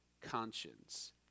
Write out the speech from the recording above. conscience